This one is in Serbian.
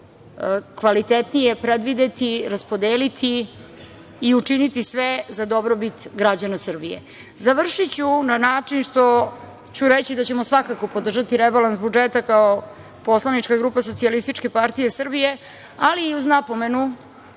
kvalitetnije predvideti, raspodeliti i učiniti sve za dobrobit građana Srbije. Završiću na način što ću reći da ćemo svakako podržati rebalans budžeta kao poslanička grupa SPS, ali i uz napomenu